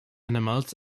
animals